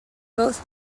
both